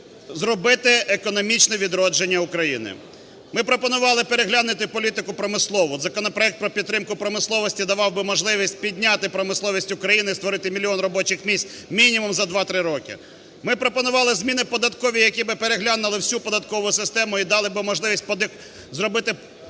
зробити економічне відродження України. Ми пропонували переглянути політику промислову. Законопроект про підтримку промисловості давав би можливість підняти промисловість України, створити мільйон робочих місць мінімум за 2-3 роки. Ми пропонували зміни податкові, які б переглянули всю податкову систему і дали би можливість зробити